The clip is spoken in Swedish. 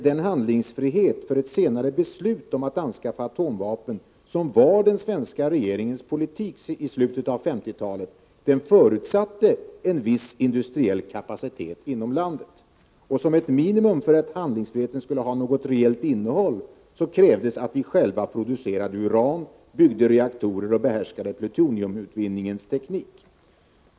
Den handlingsfrihet för ett senare beslut om att anskaffa atomvapen som var den svenska regeringens politik i slutet av 1950-talet förutsatte en viss industriell kapacitet inom landet. Som ett minimum, för att handlingsfriheten skulle ha ett reellt innehåll, krävdes att vi själva skulle producera uran, bygga reaktorer och behärska plutoniumutvinningens teknik.